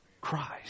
Christ